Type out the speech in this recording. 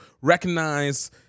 recognize